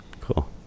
Cool